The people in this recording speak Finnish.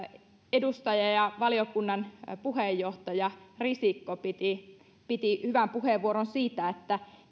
edustaja ja valiokunnan puheenjohtaja risikko piti piti hyvän puheenvuoron siitä